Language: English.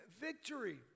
victory